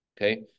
Okay